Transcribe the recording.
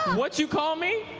what you call me?